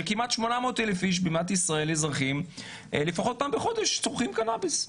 שכמעט 800,000 אזרחים במדינת ישראל לפחות פעם בחודש צורכים קנאביס.